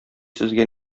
сезгә